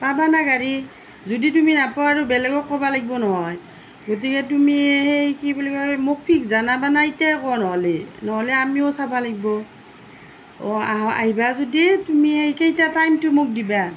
পাবা নে গাড়ী যদি তুমি নোপোৱা আৰু বেলেগক ক'ব লাগব নহয় গতিকে তুমি সেই কি বুলি কয় মোক ফিক্স জনাবা নে এতিয়াই কোৱা নহ'লে নহ'লে আমিও চাব লাগিব অ' আহিবা যদি তুমি এই কেইটা টাইমটো মোক দিবা